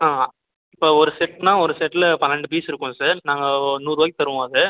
ஆ இப்போ ஒரு செட்ன்னா ஒரு செட்டில் பன்னெண்டு பீஸ் இருக்கும் சார் நாங்கள் நூறுரூவாய்க்கு தருவோம் அது